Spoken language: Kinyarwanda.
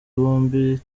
bombi